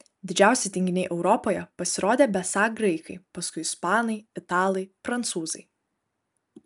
didžiausi tinginiai europoje pasirodė besą graikai paskui ispanai italai prancūzai